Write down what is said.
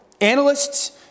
analysts